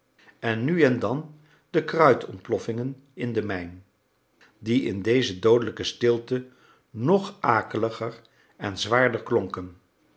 en nu en dan de kruitontploffingen in de mijn die in deze doodelijke stilte nog akeliger en zwaarder